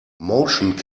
motion